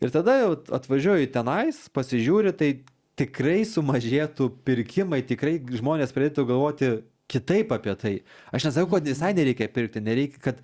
ir tada jau atvažiuoji tenais pasižiūri tai tikrai sumažėtų pirkimai tikrai žmonės turėtų galvoti kitaip apie tai aš nesakau kad visai nereikia pirkti nereikia kad